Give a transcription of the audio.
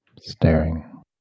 Staring